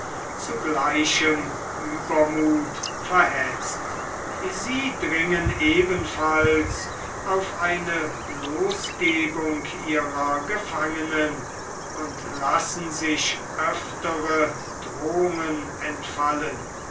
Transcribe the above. zu gleichem uebermuthe verhetzt sie dringen ebenfalls auf eine losgebung ihrer gefangenen und lassen sich öftere drohungen entfallen